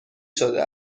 شده